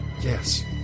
Yes